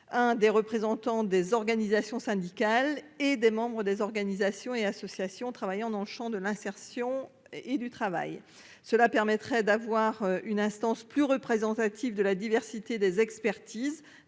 des représentants des organisations syndicales et des membres des organisations et associations travaillant dans le champ de l'insertion et du travail. Cela permettrait d'avoir une instance plus représentative de la diversité des expertises